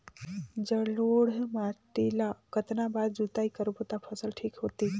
जलोढ़ माटी ला कतना बार जुताई करबो ता फसल ठीक होती?